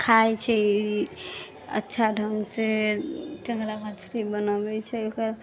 खाइ छै अच्छा ढ़ङ्गसँ टेङ्गरा मछली बनबै छै ओकरा